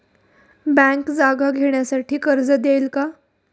Bank जागा घेण्यासाठी कर्ज देईल का?